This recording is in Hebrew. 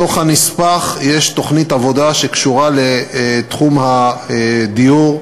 בתוך הנספח יש תוכנית עבודה שקשורה לתחום הדיור,